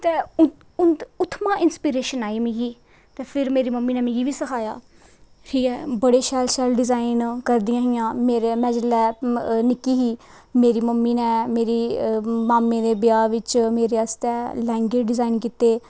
ते उत्थुआं दा इंस्पिरेशन आई मिगी ते फिर मेरी मम्मी नै मिगी बी सखाया ठीक ऐ बड़े शैल शैल डिज़ाईन कडदियां हां में जिसलै निक्की ही मेरी मम्मी नै मेरे मामा दे ब्याह् बिच्च मेरै आस्तै लैंह्गे डिज़ाईन कीते